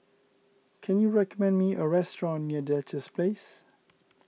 can you recommend me a restaurant near Duchess Place